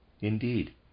Indeed